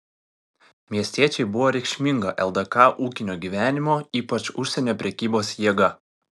miestiečiai buvo reikšminga ldk ūkinio gyvenimo ypač užsienio prekybos jėga